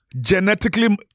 genetically